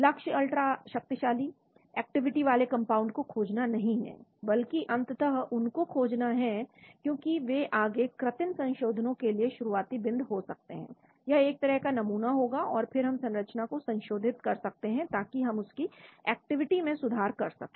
लक्ष्य अल्ट्रा शक्तिशाली एक्टिविटी वाले कंपाउंड को खोजना नहीं है बल्कि अंततः उनको खोजना है क्योंकि वे आगे कृत्रिम संशोधनों के लिए शुरुआती बिंदु हो सकते हैं यह एक तरह का नमूना होगा और फिर हम संरचना को संशोधित कर सकते हैं ताकि हम उसकी एक्टिविटी में सुधार कर सकें